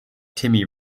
timmy